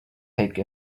take